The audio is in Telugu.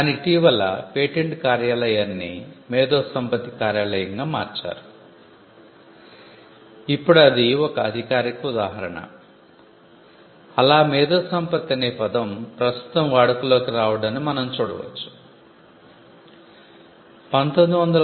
కానీ ఇటీవల పేటెంట్ కార్యాలయాన్ని మేధో సంపత్తి కార్యాలయంగా మార్చారు ఇప్పుడు అది ఒక అధికారిక ఉదాహరణ అలా మేధో సంపత్తి అనే పదం ప్రస్తుతం వాడుకలోకి రావడాన్ని మనం చూడవచ్చు